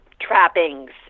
trappings